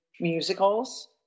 musicals